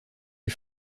les